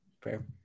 Fair